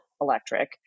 electric